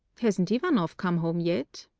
hasn't ivanoff come home yet?